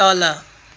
तल